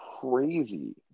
crazy